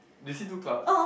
do you see two clouds